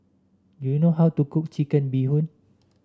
do you know how to cook Chicken Bee Hoon